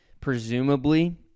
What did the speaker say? Presumably